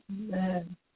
Amen